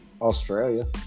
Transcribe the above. Australia